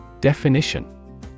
Definition